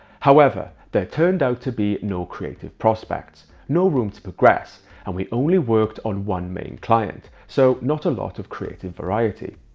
however, there turned out to be no creative prospects, no room progress, and we only worked on one main client, so not a lot of creative variety.